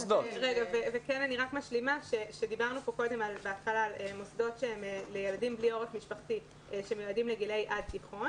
דיברנו כאן קודם על מוסדות לילדים בלי עורף משפחתי בגילאים עד תיכון.